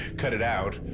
cut it out.